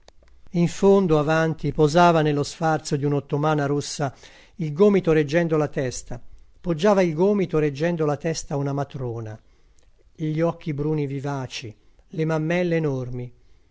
in fondo avanti posava nello sfarzo di un'ottomana rossa il gomito reggendo la testa poggiava il gomito reggendo la testa una matrona gli occhi bruni vivaci le mammelle enormi